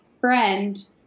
friend